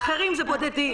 ואחרים זה בודדים.